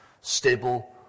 stable